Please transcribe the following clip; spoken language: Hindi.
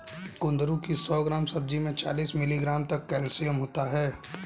कुंदरू की सौ ग्राम सब्जी में चालीस मिलीग्राम तक कैल्शियम होता है